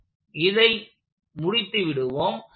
நாம் இதை முடித்து விடுவோம்